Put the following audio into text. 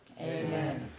Amen